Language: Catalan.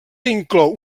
inclou